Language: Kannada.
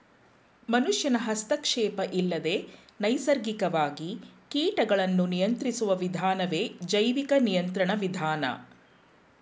ಮನುಷ್ಯನ ಹಸ್ತಕ್ಷೇಪ ಇಲ್ಲದೆ ನೈಸರ್ಗಿಕವಾಗಿ ಕೀಟಗಳನ್ನು ನಿಯಂತ್ರಿಸುವ ವಿಧಾನವೇ ಜೈವಿಕ ನಿಯಂತ್ರಣ ವಿಧಾನ